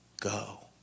go